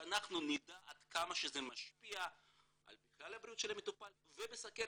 שאנחנו נדע עד כמה שזה משפיע בכלל על בריאות המטופל ועל סוכרת